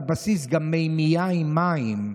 גם מימייה עם מים מהבסיס,